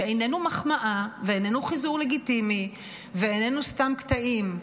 שאיננו מחמאה ואיננו חיזור לגיטימי ואיננו סתם קטעים,